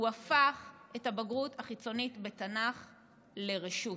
הוא הפך את הבגרות החיצונית בתנ"ך לרשות.